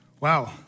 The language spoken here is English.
Wow